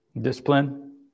Discipline